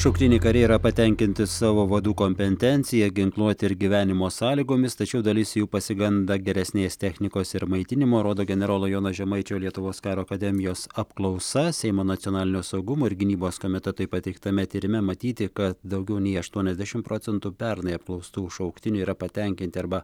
šauktiniai kariai yra patenkinti savo vadų kompentencija ginkluote ir gyvenimo sąlygomis tačiau dalis jų pasigenda geresnės technikos ir maitinimo rodo generolo jono žemaičio lietuvos karo akademijos apklausa seimo nacionalinio saugumo ir gynybos komitetui pateiktame tyrime matyti kad daugiau nei aštuoniasdešimt procentų pernai apklaustų šauktinių yra patenkinti arba